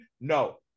No